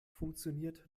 funktioniert